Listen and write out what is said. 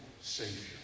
Savior